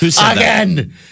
Again